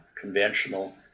conventional